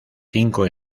cinco